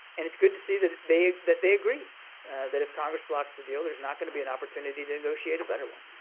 and it's good to see that they that they agree that if congress blocks the deal, there's not going to be an opportunity to negotiate a better one.